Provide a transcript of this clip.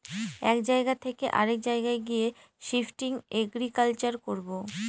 এক জায়গা থকে অরেক জায়গায় গিয়ে শিফটিং এগ্রিকালচার করবো